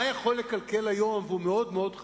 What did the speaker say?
מה יכול לקלקל היום והוא מאוד-מאוד חמור?